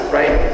right